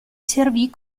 servì